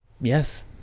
yes